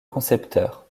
concepteur